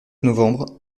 novembre